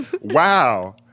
Wow